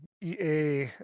EA